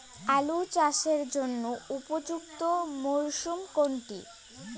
আলু চাষের জন্য উপযুক্ত মরশুম কোনটি?